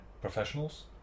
professionals